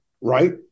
right